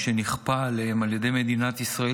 משנכפה עליהם על ידי מדינת ישראל,